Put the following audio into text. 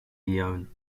leone